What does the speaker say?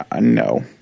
no